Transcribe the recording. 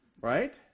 Right